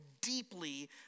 deeply